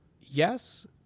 Yes